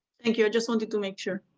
thank you. i just wanted to make sure.